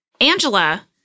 Angela